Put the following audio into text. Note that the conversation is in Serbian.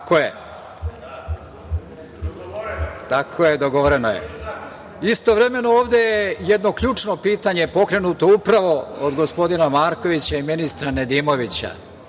i uvek će biti spremni. Istovremeno ovde je jedno ključno pitanje pokrenuto upravo od gospodina Markovića i ministra Nedimovića.